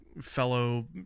fellow